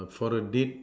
for a date